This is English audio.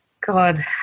God